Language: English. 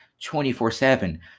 24-7